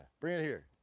bring it here.